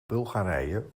bulgarije